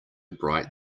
bright